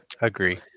Agree